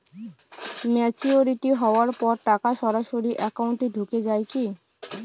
Maturity হওয়ার পর টাকা সরাসরি একাউন্ট এ ঢুকে য়ায় কি?